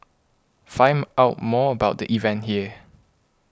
find out more about the event here